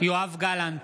יואב גלנט,